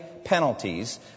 penalties